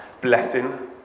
blessing